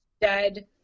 dead